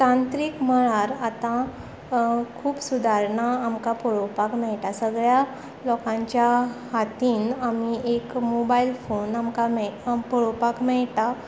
तांत्रीक मळार आतां खूब सुदारणां आमकां पळोवपाक मेळटा सगळ्या लोकांच्या हातीन आमी एक मोबायल फोन आमकां मेळ पळोवपाक मेळटा